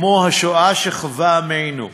כמו השואה שחווה עמנו.